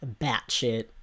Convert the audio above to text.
batshit